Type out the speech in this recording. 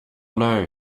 know